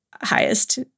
highest